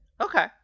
Okay